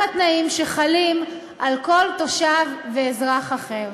התנאים שחלים על כל תושב ואזרח אחר.